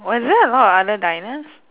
was there a lot of other diners